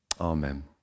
Amen